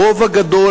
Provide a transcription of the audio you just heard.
הרוב הגדול,